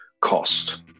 cost